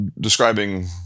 describing